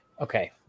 Okay